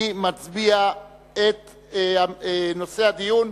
אני מצביע על נושא הדיון,